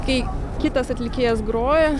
kai kitas atlikėjas groja